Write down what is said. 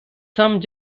some